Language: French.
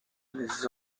les